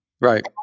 Right